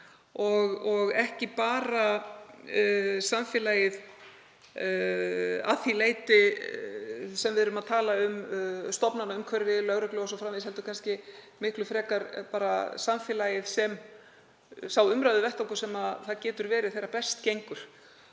og ekki bara samfélagið að því leyti sem við erum að tala um, stofnanaumhverfi, lögregla o.s.frv., heldur kannski miklu frekar samfélagið sem sá umræðuvettvangur sem það getur verið þegar best gengur.